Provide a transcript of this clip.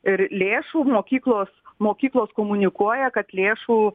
ir lėšų mokyklos mokyklos komunikuoja kad lėšų